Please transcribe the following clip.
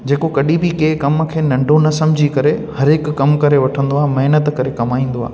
जेको कॾहिं बि कंहिं कम खे नंढो न सम्झी करे हर हिकु कमु करे वठंदो आहे महिनत करे कमाईंदो आहे